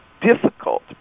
difficult